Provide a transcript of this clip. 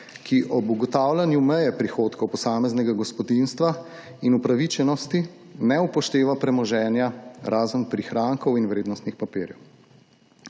ki ob ugotavljanju meje prihodkov posameznega gospodinjstva in upravičenosti ne upošteva premoženja razen prihrankov in vrednotnih papirjev.